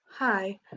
Hi